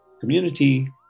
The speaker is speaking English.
community